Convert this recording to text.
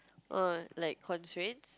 oh like constraints